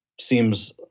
seems